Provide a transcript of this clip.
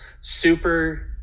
super